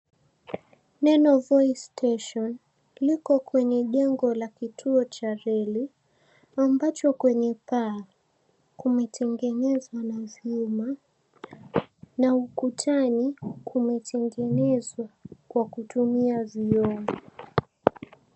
Neno Voi station lipo kwenye jengo la kituo cha reli ambacho kwenye paa kumetengenezwa na vyuma na ukutani kumetengenezwa kwa kutumia vioo.